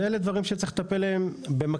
אז אלה דברים שצריך לטפל בהם במקביל.